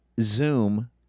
Zoom